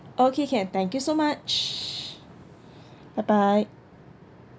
okay can thank you so much bye bye